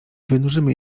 wynurzymy